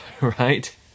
right